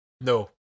No